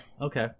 Okay